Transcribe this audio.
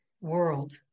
world